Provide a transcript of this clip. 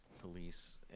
police